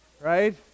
right